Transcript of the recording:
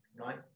right